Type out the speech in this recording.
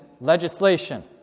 legislation